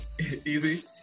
Easy